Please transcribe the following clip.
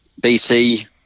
BC